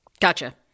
Gotcha